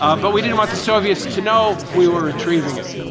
ah but we didn't want the soviets to know we were retrieving it.